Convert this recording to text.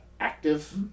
active